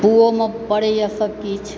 पूओमे पड़ैया सब किछु